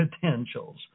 potentials